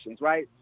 right